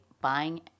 buying